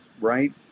right